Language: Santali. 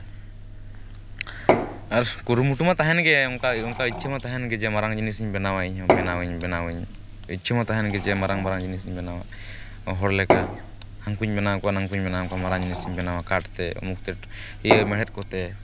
ᱟᱨ ᱠᱩᱨᱩᱢᱩᱴᱩ ᱢᱟ ᱛᱟᱦᱮᱱ ᱜᱮ ᱚᱱᱠᱟ ᱜᱮ ᱚᱱᱠᱟ ᱤᱪᱪᱷᱟ ᱦᱚᱸ ᱛᱟᱦᱮᱱ ᱜᱮ ᱡᱮ ᱢᱟᱨᱟᱝ ᱡᱤᱱᱤᱥᱤᱧ ᱵᱮᱱᱟᱣᱟ ᱡᱮ ᱤᱧ ᱦᱚᱸ ᱵᱮᱱᱟᱣᱟᱹᱧ ᱵᱮᱱᱟᱣᱟᱹᱧ ᱤᱪᱪᱷᱟᱹ ᱢᱟ ᱛᱮᱦᱮᱱ ᱜᱮ ᱡᱮ ᱢᱟᱨᱟᱝ ᱢᱟᱨᱟᱝ ᱡᱤᱱᱤᱥᱤᱧ ᱵᱮᱱᱟᱣᱟ ᱟᱨ ᱦᱚᱲ ᱞᱮᱠᱟ ᱦᱟᱝᱠᱟᱧ ᱵᱮᱱᱟᱣ ᱠᱚᱣᱟ ᱱᱟᱝᱠᱟᱧ ᱵᱮᱱᱟᱣ ᱠᱚᱣᱟ ᱢᱟᱨᱟᱝ ᱡᱤᱱᱤᱥᱤᱧ ᱵᱮᱱᱟᱣᱟ ᱠᱟᱴ ᱛᱮ ᱤᱭᱟᱹ ᱢᱮᱬᱦᱮᱫ ᱠᱚᱛᱮ